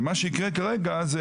ומה שיקרה כרגע זה,